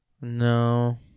No